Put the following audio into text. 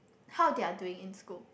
how they're doing in school